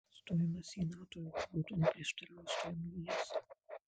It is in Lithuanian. stojimas į nato jokiu būdu neprieštarauja stojimui į es